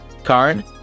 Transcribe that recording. Karn